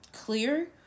clear